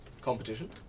Competition